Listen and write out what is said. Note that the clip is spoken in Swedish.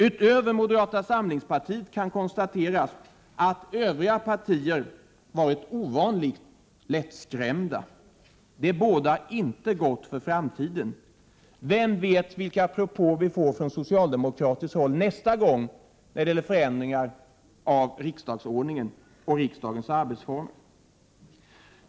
Det kan konstateras att övriga partier, förutom moderata samlingspartiet, har varit ovanligt lättskrämda. Det bådar inte gott för framtiden. Vem vet vilka propåer vi får från socialdemokratiskt håll nästa gång när det gäller förändringar av riksdagsordningen och riksdagens arbetsformer.